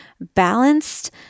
balanced